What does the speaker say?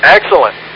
Excellent